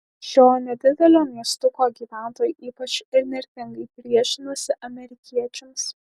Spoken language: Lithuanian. šio nedidelio miestuko gyventojai ypač įnirtingai priešinasi amerikiečiams